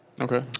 Okay